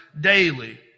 daily